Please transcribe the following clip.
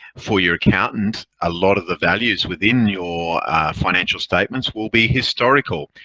for your accountant, a lot of the values within your financial statements will be historical.